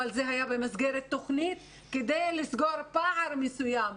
אבל זה היה במסגרת תכנית כדי לסגור פער מסוים.